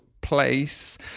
place